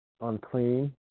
unclean